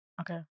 okay